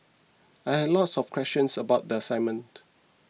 I had lots of questions about the assignment